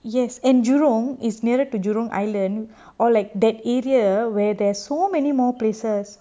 yes and jurong is nearer to jurong island or like that area where there's so many more places